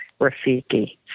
Rafiki